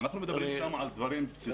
אנחנו מדברים שם על דברים בסיסיים.